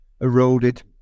eroded